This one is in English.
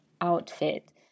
outfit